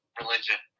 religion